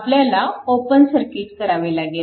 आपल्याला open circuit करावे लागेल